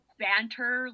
banter